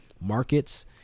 markets